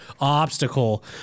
obstacle